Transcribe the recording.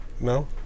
No